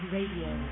Radio